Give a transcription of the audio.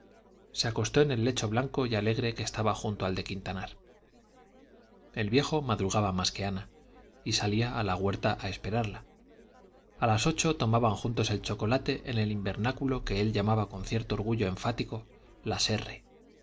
se acostó en el lecho blanco y alegre que estaba junto al de quintanar el viejo madrugaba más que ana y salía a la huerta a esperarla a las ocho tomaban juntos el chocolate en el invernáculo que él llamaba con cierto orgullo enfático la serre